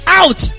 out